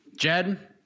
Jed